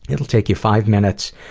it'll take you five minutes,